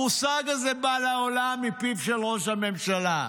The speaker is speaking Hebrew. המושג הזה בא לעולם מפיו של ראש הממשלה,